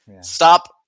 Stop